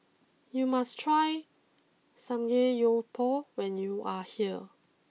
you must try Samgeyopsal when you are here